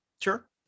Sure